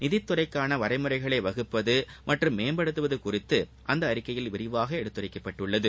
நிதித்துறைக்கான வரைமுறைகளை வகுப்பது மற்றும் மேம்படுத்துவது குறித்து இந்த அறிக்கையில் விரிவாக எடுத்துரைக்கப்பட்டுள்ளது